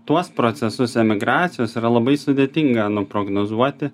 tuos procesus emigracijos yra labai sudėtinga prognozuoti